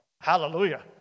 hallelujah